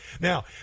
Now